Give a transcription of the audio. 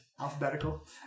Alphabetical